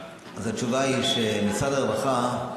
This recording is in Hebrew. אז התשובה היא שמשרד הרווחה,